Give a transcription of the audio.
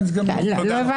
בסדר.